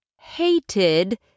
hated